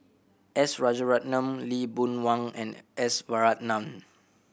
S Rajaratnam Lee Boon Wang and S Varathan